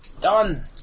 Done